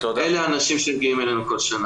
אלה האנשים שמגיעים אלינו כל שנה.